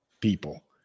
people